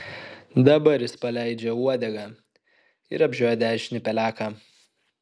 dabar jis paleidžia uodegą ir apžioja dešinį peleką